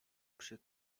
przy